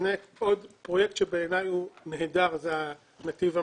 עוד פרויקט שבעיני הוא נהדר - הנתיב המהיר.